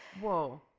Whoa